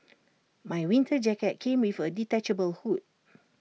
my winter jacket came with A detachable hood